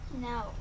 No